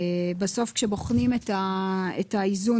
כאשר בוחנים את האיזון,